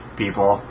people